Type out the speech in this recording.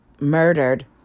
murdered